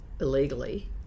illegally